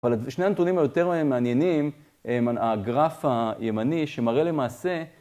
אבל שני הנתונים היותר מעניינים הם הגרף הימני שמראה למעשה